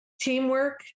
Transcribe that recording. teamwork